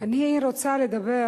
אני רוצה לדבר